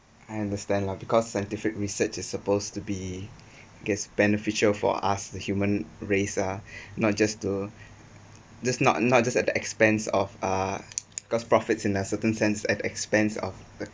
I understand lah because scientific research is supposed to be get beneficial for us the human race ah not just to just not not just at the expense of uh because profits in a certain sense at expense of